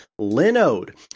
Linode